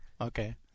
Okay